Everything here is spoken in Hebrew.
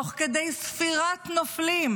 תוך כדי ספירת נופלים,